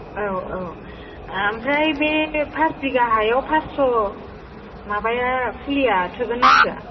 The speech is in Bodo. औ औ ओमफ्राय बे फास बिगा हायाव फास्स' माबाया फुलिया थोगोन ना थोआ